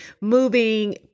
moving